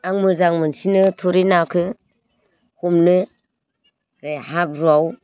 आं मोजां मोनसिनो थुरि नाखौ हमनो ओमफ्राय हाब्रुवाव